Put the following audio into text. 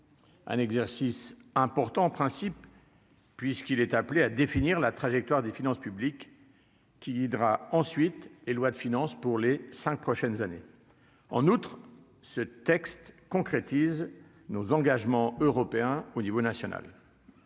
un exercice important en principe puisqu'il est appelé à définir la trajectoire des finances publiques qui guidera ensuite et loi de finances pour les 5 prochaines années, en outre, ce texte concrétise nos engagements européens au niveau national,